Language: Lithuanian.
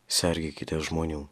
sergėkitės žmonių